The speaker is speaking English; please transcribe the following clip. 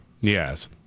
Yes